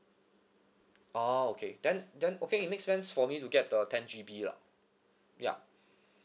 oh okay then then okay it makes sense for me to get the ten G_B lah ya